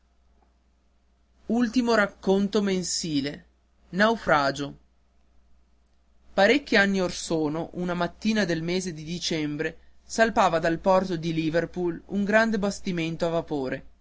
ultimo racconto mensile parecchi anni or sono una mattina del mese di dicembre salpava dal porto di liverpool un grande bastimento a vapore